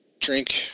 drink